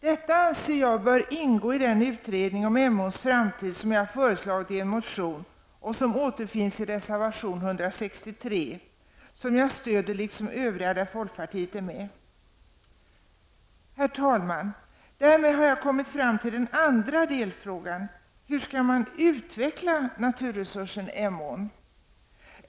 Detta anser jag bör ingå i den utredning om Emåns framtid som jag föreslagit i en motion. Motionen följs upp i reservation nr 163, som jag stöder, liksom övriga motioner där folkpartister är med. Herr talman! Därmed har jag kommit fram till den andra delfrågan: Hur skall man utveckla naturresursen Emån?